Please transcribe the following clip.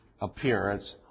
appearance